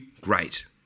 great